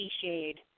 shade